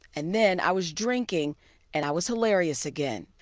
and then i was drinking and i was hilarious again.